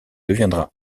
deviendra